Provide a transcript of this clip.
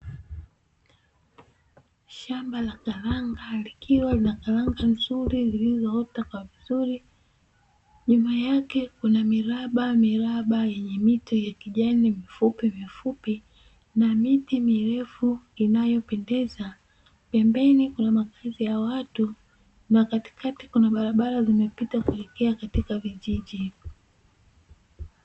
Shamba la karanga likiwa na karanga nzuri zilizoota vizuri, nyuma yake kuna mirabamiraba yenye miti ya kijani mifupimifupi na miti mirefu inayopendeza, pembeni kuna makazi ya watu na katikati kuna barabara zimepita kuelekea katika vijiji.